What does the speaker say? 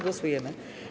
Głosujemy.